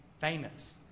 famous